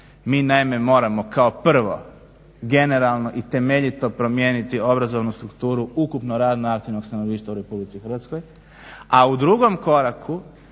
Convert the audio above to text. Mi naime moramo kao prvo generalno i temeljito promijeniti obrazovnu strukturu ukupno radno aktivnog stanovništva u Republici Hrvatskoj, a u drugom koraku